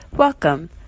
welcome